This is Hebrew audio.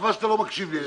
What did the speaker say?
חבל שאתה לא מקשיב לי.